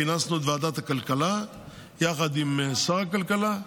כינסנו את ועדת הכלכלה יחד עם שר הכלכלה,